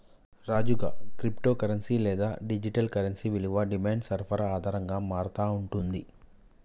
రాజుగా, crypto currency లేదా digital currency విలువ డిమాండ్ సరఫరా ఆధారంగా మారతా ఉంటుంది